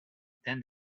than